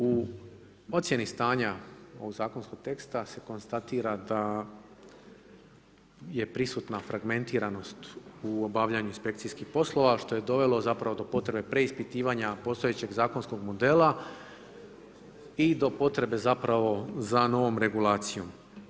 U ocjeni stanji ovog zakonskog teksta se konstatira da je prisutna fragmentiranost u obavljaju inspekcijskih poslova što je dovelo zapravo do potrebe preispitivanja postojećeg zakonskog modela i do potrebe zapravo za novom regulacijom.